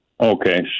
Okay